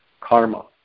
karma